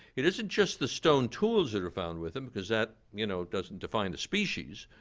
it isn't just the stone tools that are found with them, because that you know doesn't define a species.